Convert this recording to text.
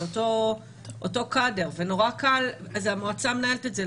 זה אותו קאדר והמועצה מנהלת את זה,